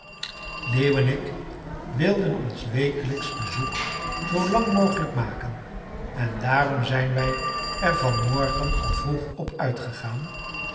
ik wilden ons wekeiijksch bezoek zoo lang mogelijk rnaken en daarom zijn wij er van morgen al vroeg op uitgegaan